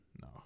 No